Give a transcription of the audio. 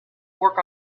work